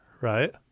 right